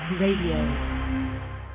Radio